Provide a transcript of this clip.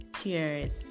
cheers